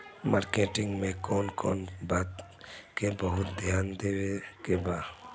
Marketing मे कौन कौन बात के बहुत ध्यान देवे के बा?